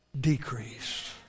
decrease